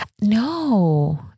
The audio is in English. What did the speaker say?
No